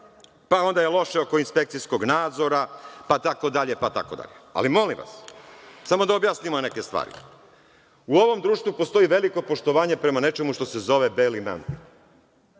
pa onda je loše oko inspekcijskog nadzora, pa tako dalje, pa tako dalje. Ali, molim vas, samo da objasnimo neke stvari. U ovom društvu postoji veliko poštovanje prema nečemu što se zovi beli mantil.